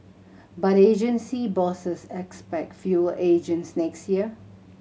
but agency bosses expect fewer agents next year